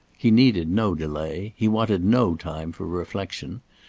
he needed no delay. he wanted no time for reflection.